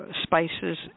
spices